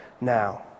now